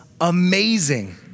amazing